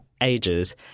ages